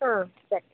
ಹಾಂ ಸರಿ